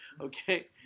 Okay